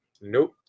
Nope